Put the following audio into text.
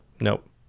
Nope